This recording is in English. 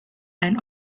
and